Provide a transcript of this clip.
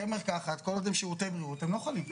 כל עוד הם שירותי בריאות הם לא חלים.